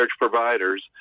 providers